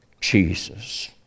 Jesus